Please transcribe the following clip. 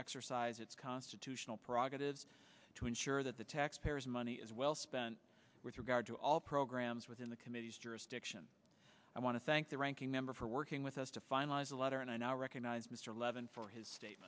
exercise its constitutional prerogatives to ensure that the taxpayers money is well spent with regard to all programs within the committee's jurisdiction i want to thank the ranking member for working with us to finalize a lot and i now recognize mr levin for his state